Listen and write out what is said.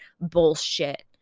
bullshit